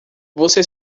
você